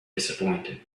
disappointed